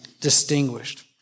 distinguished